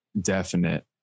definite